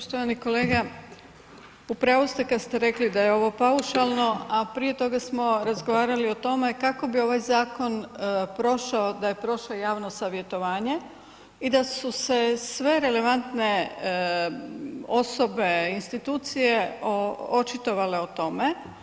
Poštovani kolega u pravu ste kada ste rekli da je ovo paušalno a prije toga smo razgovarali o tome kako bi ovaj zakon prošao da je prošao javno savjetovanje i da su se sve relevantne osobe, institucije očitovale o tome.